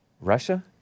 Russia